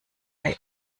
bei